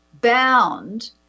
bound